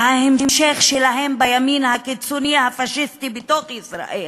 וההמשך שלהם בימין הקיצוני הפאשיסטי בתוך ישראל,